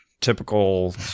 Typical